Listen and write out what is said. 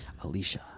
Alicia